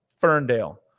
Ferndale